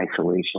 isolation